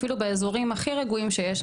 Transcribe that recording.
אפילו באזורים הכי רגועים שיש,